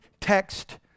text